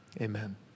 amen